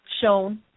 shown